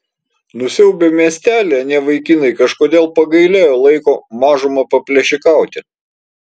nusiaubę miestelį anie vaikinai kažkodėl pagailėjo laiko mažumą paplėšikauti